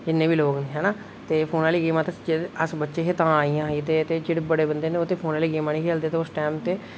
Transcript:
जिन्ने बी लोक न ऐ ना फोन आह्लियां गेमां ते अस बच्चे हे ते तां आइयां हियां ते जेह्ड़े बड़े बंदे न ओह् फोन आह्लियां गेमां निं खेढदे